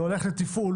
זה הולך לתפעול.